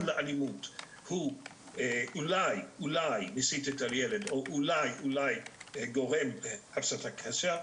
לאלימות הוא אולי מסית את הילד או גורם להסתה קשה,